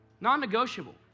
Non-negotiable